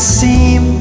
seem